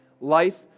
Life